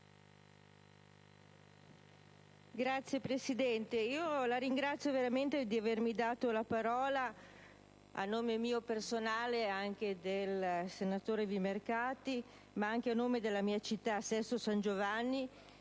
Signor Presidente, la ringrazio veramente per avermi dato la parola a nome mio personale e del senatore Vimercati, ma anche a nome della mia città, Sesto San Giovanni,